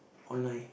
online